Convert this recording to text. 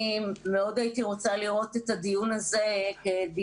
אני מאוד הייתי רוצה לראות את הדיון הזה כדיון